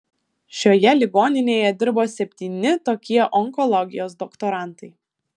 šioje ligoninėje dirbo septyni tokie onkologijos doktorantai